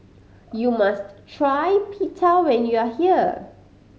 you must try Pita when you are here